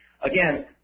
again